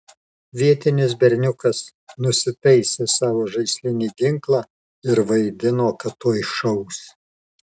vietinis berniukas nusitaisė savo žaislinį ginklą ir vaidino kad tuoj šaus